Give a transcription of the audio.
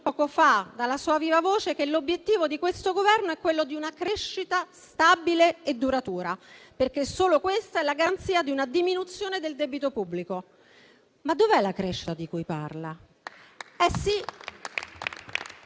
poco fa, dalla sua viva voce, che l'obiettivo del Governo è una crescita stabile e duratura, perché solo questa è la garanzia di una diminuzione del debito pubblico. Ma dov'è la crescita di cui parla?